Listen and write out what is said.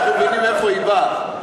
אנחנו מבינים מאיפה היא באה.